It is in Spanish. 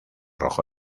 rojo